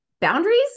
boundaries